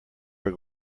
were